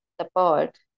support